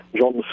John